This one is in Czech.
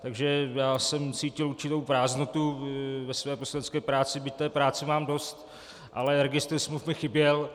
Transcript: Takže jsem cítil určitou prázdnotu ve své poslanecké práci, byť té práce mám dost, ale registr smluv mi chyběl.